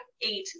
eight